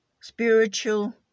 spiritual